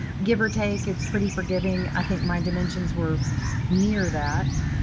give or take. it's pretty forgiving. i think my dimensions were near that.